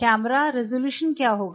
camera resolution क्या होगा